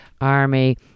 army